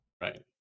right